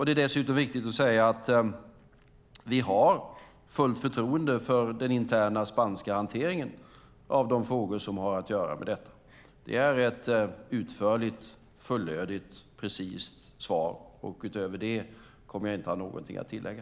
Det är dessutom viktigt att säga att vi har fullt förtroende för den interna spanska hanteringen av de frågor som har att göra med detta. Det här är ett utförligt, fullödigt, precist svar. Utöver det kommer jag inte att ha någonting att tillägga.